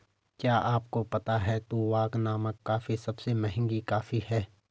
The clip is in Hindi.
क्या आपको पता है लूवाक नामक कॉफ़ी सबसे महंगी कॉफ़ी है?